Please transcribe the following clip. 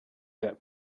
that